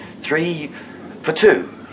three-for-two